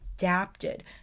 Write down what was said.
adapted